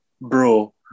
bro